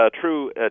true